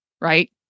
right